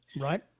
Right